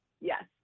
Yes